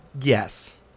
Yes